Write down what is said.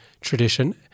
tradition